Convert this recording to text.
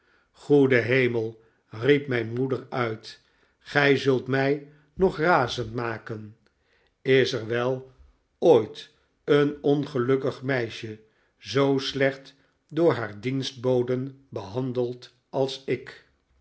goede hemel riep mijn moeder uit gij zult mij nog razend maken is er wel ooit een ongelukkig meisje zoo slecht door haar dienstboden behandeld als ik